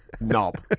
knob